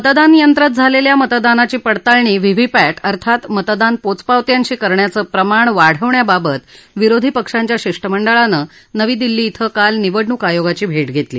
मतदानयंत्रात झालेल्या मतदानाची पडताळणी व्हीव्हीपॅट अर्थात मतदान पोचपावत्यांशी करण्याचं प्रमाण वाढवण्याबाबत विरोधी पक्षांच्या शिष्टमंडळानं नवी दिल्ली ध्वे काल निवडणूक आयोगाची भेट घेतली